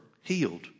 healed